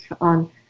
on